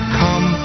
come